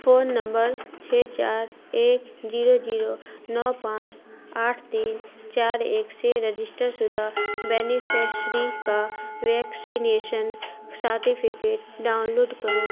phone number چھ چار ایک زیرو زیرو نو پانچ آٹھ تین چار ایک سے رجسٹر شدہ بینیفیشری کا ویکسینیشن سرٹیفکیٹ ڈاؤن لوڈ کرو